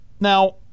Now